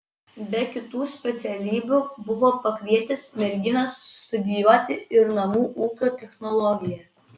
be kitų specialybių buvo pakvietęs merginas studijuoti ir namų ūkio technologiją